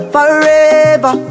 Forever